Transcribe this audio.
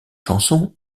chansons